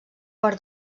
per